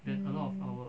mm